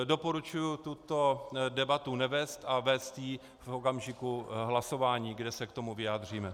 Doporučuji tuto debatu nevést a vést ji v okamžiku hlasování, kde se k tomu vyjádříme.